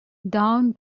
down